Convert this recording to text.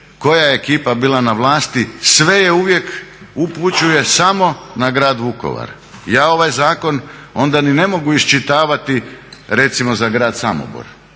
koja je ekipa bila na vlasti sve uvijek upućuje samo na grad Vukovar. Ja ovaj zakon onda ni ne mogu iščitavati recimo za grad Samobor.